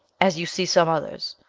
as you see some others,